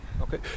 Okay